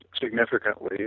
significantly